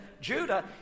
Judah